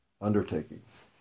undertakings